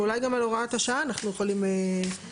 ואולי גם על הוראת השעה אנחנו יכולים לדלג,